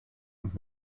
und